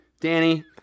Danny